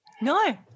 No